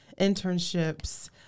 internships